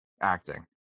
acting